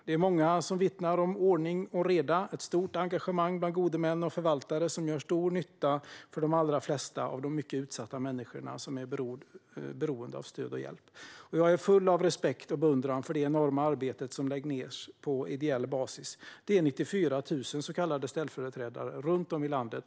Det är många som vittnar om ordning och reda och ett stort engagemang bland gode män och förvaltare, som gör stor nytta för de allra flesta av de mycket utsatta människor som är beroende av stöd och hjälp. Jag är full av respekt och beundran för det enorma arbete som läggs ned på ideell basis. Det finns 94 000 så kallade ställföreträdare runt om i landet.